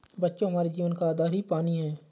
बच्चों हमारे जीवन का आधार ही पानी हैं